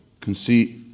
conceit